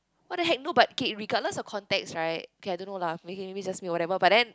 what the heck no but okay regardless of context right okay I don't know lah maybe it's just me or whatever but then